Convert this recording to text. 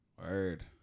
Word